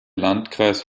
landkreis